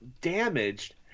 damaged